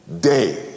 day